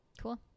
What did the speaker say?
cool